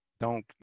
Donc